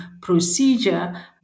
procedure